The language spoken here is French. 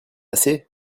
assez